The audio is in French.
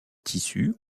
tissu